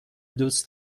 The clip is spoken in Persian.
دوست